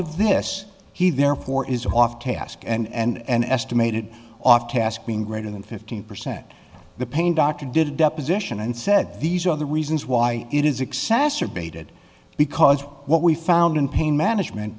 of this he therefore is off task and estimated off task being greater than fifteen percent the pain doctor did a deposition and said these are the reasons why it is exacerbated because what we found in pain management